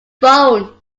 phone